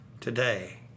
Today